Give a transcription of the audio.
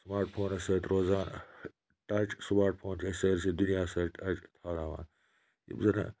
smart فونو سۭتۍ روزان ٹَچ سٕماٹ فون سٕے سۭتۍ سۭتۍ دُنیاہَس سۭتۍ رٲبطہٕ تھاوناوان یِم زَن